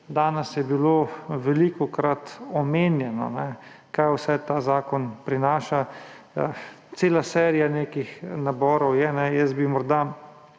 Danes je bilo velikokrat omenjeno, kaj vse ta zakon prinaša. Cela serija nekih naborov je. Jaz bi morda